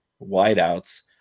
wideouts